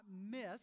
miss